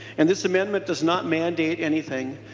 and this amendment does not mandate anything.